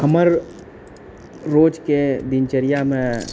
हमर रोजके दिनचर्यामे